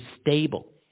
stable